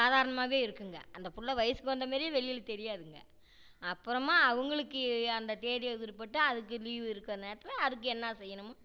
சாதாரணமாகவே இருக்கும்ங்க அந்த பிள்ள வயசுக்கு வந்தமாரியே வெளியில் தெரியாதுங்க அப்புறமா அவங்களுக்கு அந்த தேதியை குறிப்பிட்டு அதுக்கு லீவு இருக்கிற நேரத்தில் அதுக்கு என்ன செய்யணுமோ